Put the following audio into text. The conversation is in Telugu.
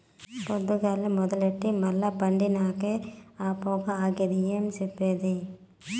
పొద్దుగాల మొదలెట్టి మల్ల పండినంకే ఆ పొగ ఆగేది ఏం చెప్పేది